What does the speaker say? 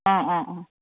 অঁ অঁ অঁ